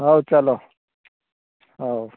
ହେଉ ଚାଲ ହେଉ